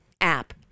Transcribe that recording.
app